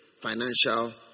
financial